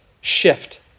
shift